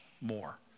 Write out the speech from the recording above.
more